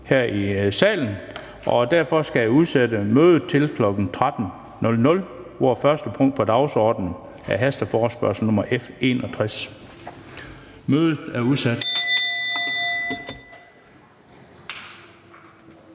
her i salen. Derfor skal jeg udsætte mødet til kl. 13.00, hvor første punkt på dagsordenen altså er hasteforespørgsel nr. F 61. Mødet er udsat.